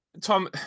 Tom